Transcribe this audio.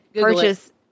purchase